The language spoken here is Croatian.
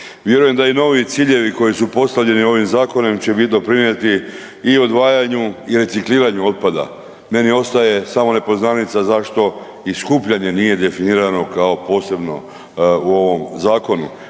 Vjerujem da i novi ciljevi koji su postavljeni ovim zakon će bit doprinijeti i odvajanju i recikliranju otpada. Meni ostaje samo nepoznanica zašto i skupljanje nije definirano kao posebno u ovom zakonu